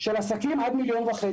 של עסקים עד 1.5 מיליון.